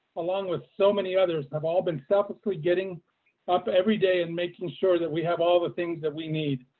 along with so many others, have all been selflessly getting up every day and making sure that we have all the things that we need.